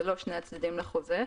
זה לא שני צדדים לחוזה.